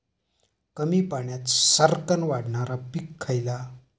कमी पाण्यात सरक्कन वाढणारा पीक खयला?